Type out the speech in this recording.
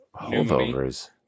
Holdovers